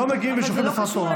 לא מגיעים ושולחים שר תורן.